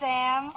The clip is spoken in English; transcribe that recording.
Sam